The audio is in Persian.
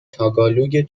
تاگالوگ